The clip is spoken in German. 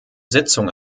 sitzung